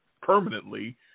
permanently